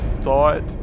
thought